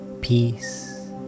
peace